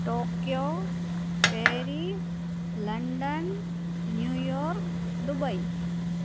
Tokyo Paris London New York Dubai